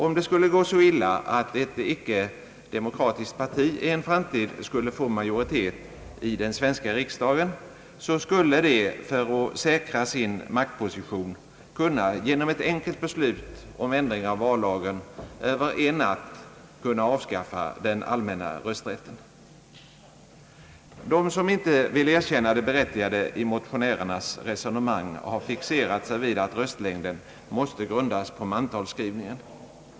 Om det skulle gå så illa att ett icke demokratiskt parti i en framtid skulle få majoritet i den svenska riksdagen, så skulle det för att säkra sin maktposition genom ett enkelt beslut om ändring i vallagen över en natt kunna avskaffa den allmänna rösträtten. De som inte vill erkänna det berättigade i motionärernas resonemang har fixerat sig vid att röstlängden måste grundas på mantalsskrivningen.